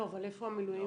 לא, אבל איפה המילואים?